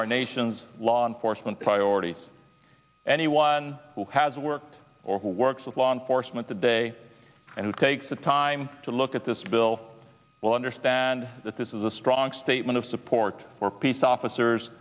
our nation's law enforcement priorities anyone who has worked or who works with law enforcement today and who takes the time to look at this bill will understand that this is a strong statement of support for peace officers